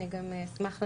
אני גם אשמח להעביר.